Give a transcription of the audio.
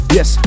Yes